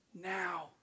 now